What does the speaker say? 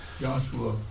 Joshua